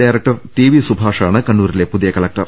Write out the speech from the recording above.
director T V സുഭാഷാണ് കണ്ണൂരിലെ പുതിയ കലക്ടർ